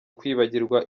kwibagirwa